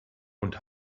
und